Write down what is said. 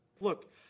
Look